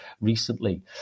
recently